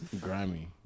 Grimy